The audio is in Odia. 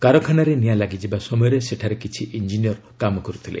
କାରଖାନାରେ ନିଆଁ ଲାଗିଯିବା ସମୟରେ ସେଠାରେ କିଛି ଇଞ୍ଜିନିୟର୍ କାମ କରୁଥିଲେ